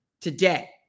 today